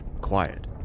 Quiet